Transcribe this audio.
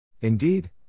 Indeed